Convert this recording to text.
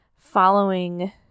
following